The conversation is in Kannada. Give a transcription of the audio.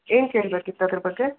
ಏನು ಕೇಳಬೇಕಿತ್ತು ಅದರ ಬಗ್ಗೆ